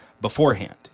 beforehand